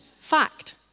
fact